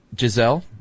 Giselle